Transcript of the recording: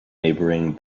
neighboring